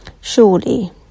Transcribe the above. Surely